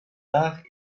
arts